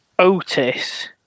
Otis